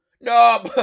No